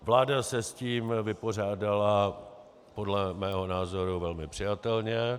Vláda se s tím vypořádala podle mého názoru velmi přijatelně.